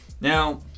Now